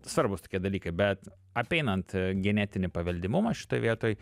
svarbūs tokie dalykai bet apeinant genetinį paveldimumą šitoj vietoj